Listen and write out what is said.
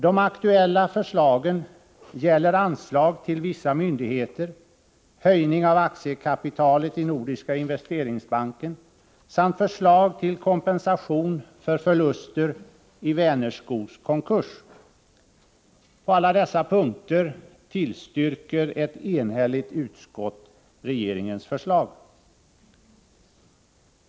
De aktuella förslagen gäller anslag till vissa myndigheter, höjning av aktiekapitalet i Nordiska investeringsbanken samt förslag till kompensation för förluster i Vänerskogs konkurs. På alla dessa punkter tillstyrker ett enhälligt utskott regeringens förslag.